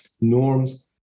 norms